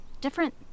different